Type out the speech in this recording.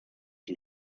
you